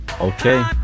okay